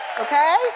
Okay